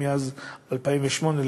מאז 2008,